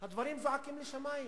הדברים זועקים לשמים.